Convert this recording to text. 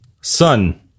Sun